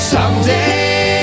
Someday